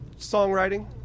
songwriting